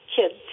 kids